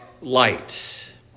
Light